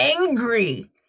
angry